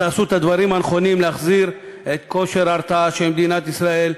ותעשו את הדברים הנכונים כדי להחזיר את כושר ההרתעה של מדינת ישראל,